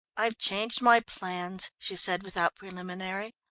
i've changed my plans, she said without preliminary.